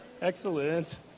Excellent